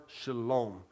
shalom